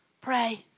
Pray